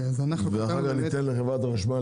ואחר כך ניתן לחברת החשמל